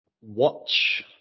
Watch